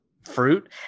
fruit